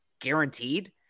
guaranteed